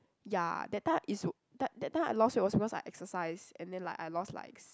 ya that time is that that time I lost weight was because I exercise and then like I lost likes